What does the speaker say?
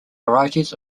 varieties